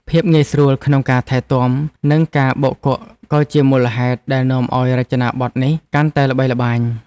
ភាពងាយស្រួលក្នុងការថែទាំ និងការបោកគក់ក៏ជាមូលហេតុដែលនាំឱ្យរចនាប័ទ្មនេះកាន់តែល្បីល្បាញ។